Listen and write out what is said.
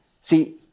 See